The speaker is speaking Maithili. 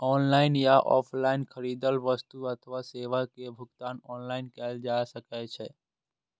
ऑनलाइन या ऑफलाइन खरीदल वस्तु अथवा सेवा के भुगतान ऑनलाइन कैल जा सकैछ